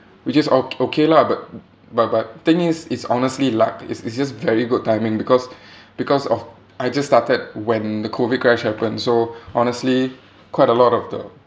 which is o~ okay lah but but but thing is it's honestly luck it's it's just very good timing because because of I just started when the COVID crash happened so honestly quite a lot of the